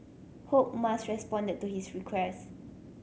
hope Musk responded to his request